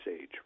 age